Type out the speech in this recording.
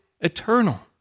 eternal